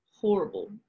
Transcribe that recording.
horrible